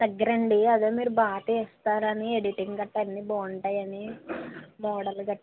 దగ్గరండీ అదే మీరు బాగా తీస్తారని ఎడిటింగ్ గట్రా అన్నీ బాగుంటాయని మోడల్ గట్రా